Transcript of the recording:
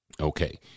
Okay